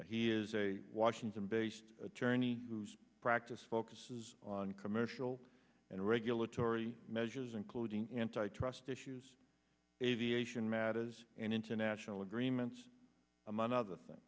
today he is a washington based attorney whose practice focuses on commercial and regulatory measures including antitrust issues aviation matters and international agreements among other things